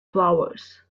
flowers